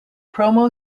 promo